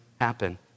happen